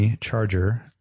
charger